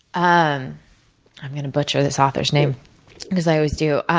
um i'm gonna butcher this authors' name because i always do.